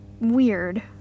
weird